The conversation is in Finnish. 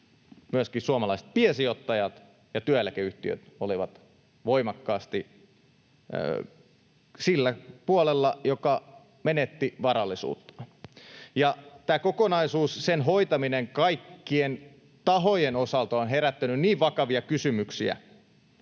myöskin suomalaiset piensijoittajat ja työeläkeyhtiöt olivat voimakkaasti sillä puolella, joka menetti varallisuuttaan. Tämän kokonaisuuden hoitaminen kaikkien tahojen osalta on herättänyt vakavia kysymyksiä,